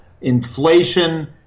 inflation